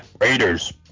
Raiders